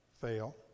fail